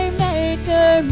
maker